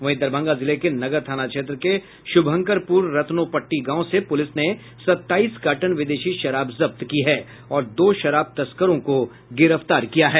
वहीं दरभंगा जिले के नगर थाना क्षेत्र के शुभंकरपुर रत्नों पट्टी गांव से पुलिस ने सताईस कार्टन विदेशी शराब जब्त किया है और दो शराब तस्कर को गिरफ्तार किया है